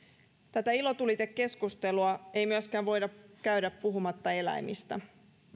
tätä ilotulitekeskustelua ei myöskään voida käydä puhumatta eläimistä